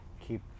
keep